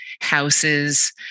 houses